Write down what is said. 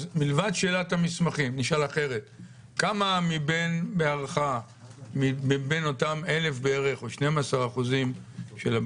מלבד שאלת המסמכים כמה בהערכה מבין אותן 12% מן